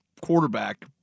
quarterback